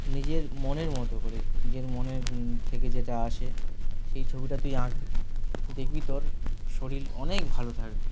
নিজের মনের মতো করে নিজের মনের থেকে যেটা আসে সেই ছবিটা তুই আঁকবি দেখবি তোর শরীর অনেক ভালো থাকবে